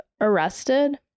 arrested